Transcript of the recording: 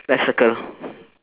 let's circle